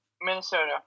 Minnesota